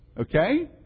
Okay